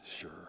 sure